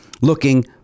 looking